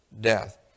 death